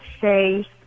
say